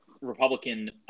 Republican